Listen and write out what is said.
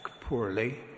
poorly